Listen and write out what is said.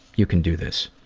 you can do this.